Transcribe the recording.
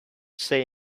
say